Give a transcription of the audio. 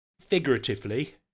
figuratively